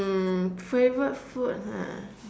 mm favourite food ha